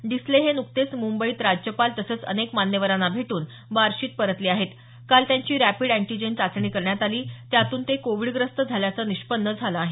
डिसले हे नुकतेच मुंबईत राज्यपाल तसंच अनेक मान्यवरांना भेटून बार्शीत परतले आहेत काल त्यांची रॅपिड अँटिजेन चाचणी करण्यात आली त्यातून ते कोविडग्रस्त झाल्याचं निष्पन्न झालं आहे